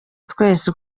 twese